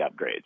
upgrades